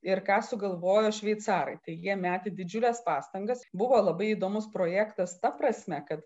ir ką sugalvojo šveicarai tai jie metė didžiules pastangas buvo labai įdomus projektas ta prasme kad